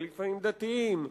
לפעמים דתיים,